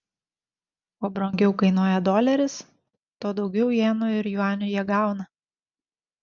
kuo brangiau kainuoja doleris tuo daugiau jenų ir juanių jie gauna